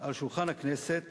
על שולחן הכנסת